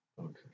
Okay